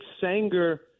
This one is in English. Sanger